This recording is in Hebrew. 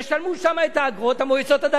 אתה לא תקבל כסף בשביל להחזיק אותן.